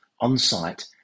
on-site